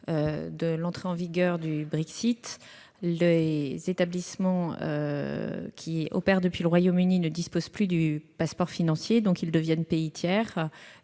de l'entrée en vigueur du Brexit, les établissements qui opèrent depuis le Royaume-Uni ne disposeront plus du passeport financier européen et deviendront des